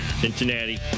Cincinnati